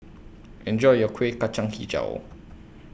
Enjoy your Kueh Kacang Hijau